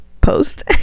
post